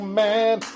man